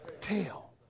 tail